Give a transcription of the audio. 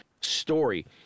story